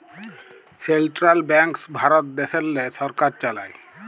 central banks Bharat দ্যাশেল্লে সরকার চালায়